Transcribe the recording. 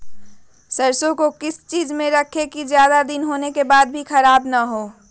सरसो को किस चीज में रखे की ज्यादा दिन होने के बाद भी ख़राब ना हो?